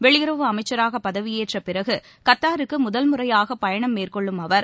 வெளியுறவு அமைச்சராக பதவியேற்ற பிறகு கத்தாருக்கு முதல்முறையாக பயணம் மேற்கொள்ளும் அவர்